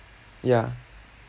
mmhmm ya